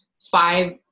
five